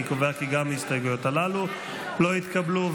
אני קובע כי גם ההסתייגויות הללו לא נתקבלו.